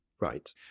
right